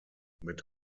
mit